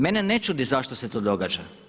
Mene ne čudi zašto se to događa.